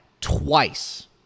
twice